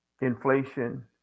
inflation